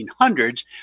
1800s